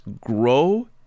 grow